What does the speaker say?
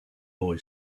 boy